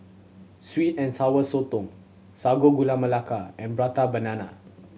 sweet and Sour Sotong Sago Gula Melaka and Prata Banana